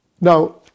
Now